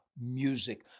music